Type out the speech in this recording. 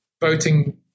voting